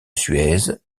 suez